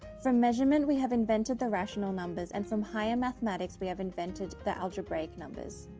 from measurement we have invented the rational numbers, and from higher mathematics we have invented the algebraic numbers.